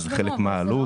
זה חלק מהעלות,